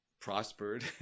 prospered